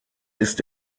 ist